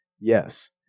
Yes